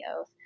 oath